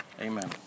Amen